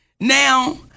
Now